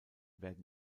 werden